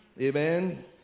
Amen